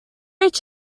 each